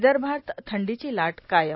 विदर्भात थंडीची लाट कायम